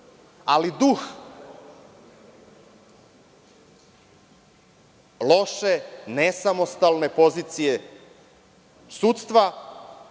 ali duh loše, nesamostalne pozicije sudstva,